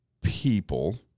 people